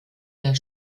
der